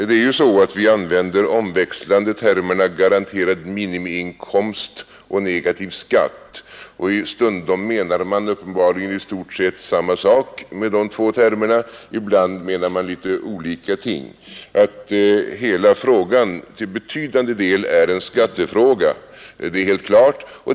Det är ju så att vi omväxlande använder termerna garanterad minimiinkomst och negativ skatt, och stundom menar man uppenbarligen i stort sett samma sak, ibland menar man olika ting. Men att hela frågan till betydande del är en skattefråga är helt klart.